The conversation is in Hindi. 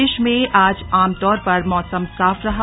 प्रदेश में आज आमतौर पर मौसम साफ रहा